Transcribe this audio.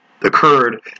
occurred